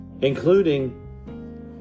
including